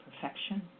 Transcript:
perfection